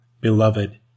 Beloved